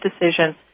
decision